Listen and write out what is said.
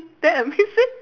then the man say